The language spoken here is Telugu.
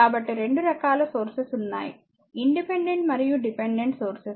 కాబట్టి 2 రకాల సోర్సెస్ ఉన్నాయి ఇండిపెండెంట్ మరియు డిపెండెంట్ సోర్సెస్